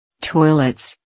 Toilets